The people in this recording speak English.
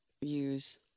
use